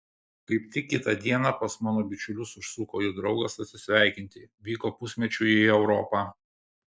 kaip tik kitą dieną pas mano bičiulius užsuko jų draugas atsisveikinti vyko pusmečiui į europą